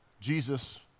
Jesus